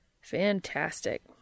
Fantastic